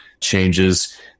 changes